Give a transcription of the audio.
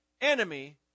enemy